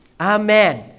Amen